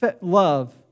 love